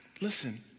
Listen